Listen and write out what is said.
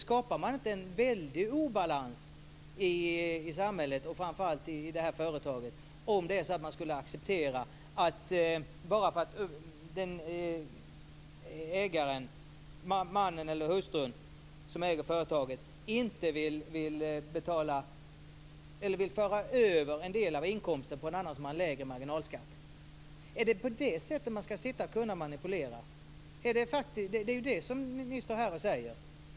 Skapar man inte en väldig obalans i samhället, och framför allt i företaget, om man accepterar att mannen eller hustrun som äger företaget inte vill föra över en del av inkomsten på en annan som har lägre marginalskatt? Är det på det sättet man ska kunna sitta och manipulera? Det är ju det som ni står här och säger!